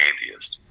Atheist